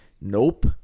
Nope